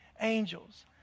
angels